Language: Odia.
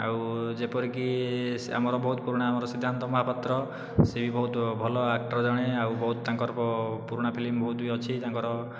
ଆଉ ଯେପରିକି ଆମର ବହୁତ ପୁରୁଣା ଆମର ସିଦ୍ଧାନ୍ତ ମହାପାତ୍ର ସିଏ ବି ବହୁତ ଭଲ ଆକ୍ଟର ଜଣେ ଆଉ ବହୁତ ତାଙ୍କର ପୁରୁଣା ଫିଲ୍ମ ବହୁତ ବି ଅଛି ତାଙ୍କର